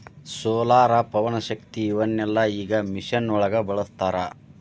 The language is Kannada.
ಸೋಲಾರ, ಪವನಶಕ್ತಿ ಇವನ್ನೆಲ್ಲಾ ಈಗ ಮಿಷನ್ ಒಳಗ ಬಳಸತಾರ